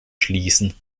schließen